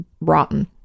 rotten